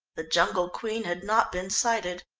the jungle queen had not been sighted.